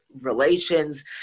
relations